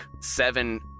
seven